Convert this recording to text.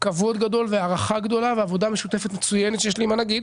כבוד גדול והערכה גדולה ועבודה משותפת מצוינת שיש לי עם הנגיד.